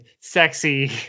sexy